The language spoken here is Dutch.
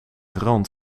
rand